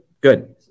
Good